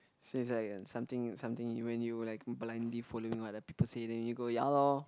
so is like something something when you like blindly following what other people say then you go ya lor